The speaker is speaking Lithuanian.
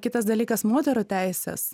kitas dalykas moterų teises